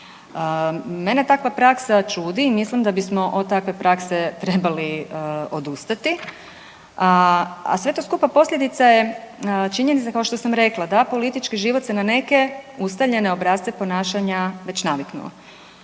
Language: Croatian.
Mene takva praksa čudi, mislim da bismo od takve prakse trebali odustati, a sve to skupa posljedica je činjenica kao što sam rekla da politički život se na neke ustaljene obrasce ponašanja već naviknuo.